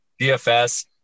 DFS